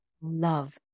love